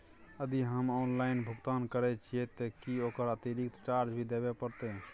यदि हम ऑनलाइन भुगतान करे छिये त की ओकर अतिरिक्त चार्ज भी देबे परतै?